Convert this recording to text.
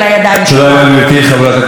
חברת הכנסת לאה פדידה,